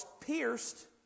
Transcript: pierced